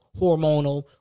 hormonal